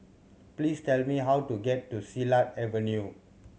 please tell me how to get to Silat Avenue